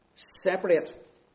Separate